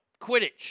Quidditch